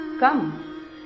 Come